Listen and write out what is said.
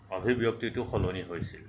অভিব্যক্তিটো সলনি হৈছিল